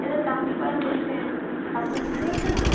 এ তাম্বি পাড়ার গলিতে কাকু বুঝতে পারছো না